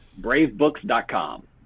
Bravebooks.com